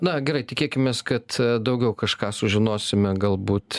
na gerai tikėkimės kad daugiau kažką sužinosime galbūt